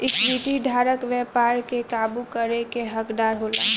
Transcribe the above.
equity धारक व्यापार के काबू करे के हकदार होला